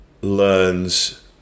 learns